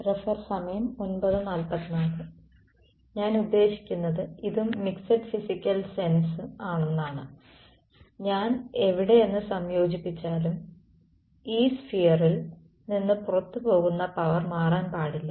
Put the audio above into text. ഞാൻ ഉദ്ദേശിക്കുന്നത് ഇതും മിക്സഡ് ഫിസിക്കൽ സെൻസ് ആണെന്നാണ് ഞാൻ എവിടെ നിന്ന് സംയോജിപ്പിച്ചാലും ഈ സ്ഫിയരിൽ നിന്ന് പുറത്തുപോകുന്ന പവർ മാറാൻ പാടില്ല